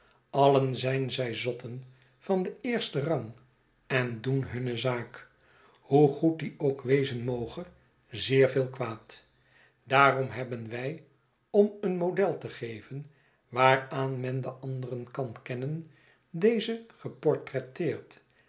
allen zijn zij zotten van den eersten rang en doen hunne zaak hoe goed die ook wezen moge zeer veel kwaad daarom hebben wij om een model te geven waaraan men de anderen kan kennen dezen geportretteerd